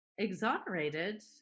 exonerated